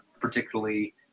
particularly